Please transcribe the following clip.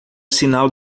sinal